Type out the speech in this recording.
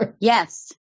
Yes